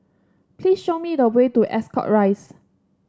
please show me the way to Ascot Rise